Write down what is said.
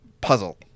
puzzle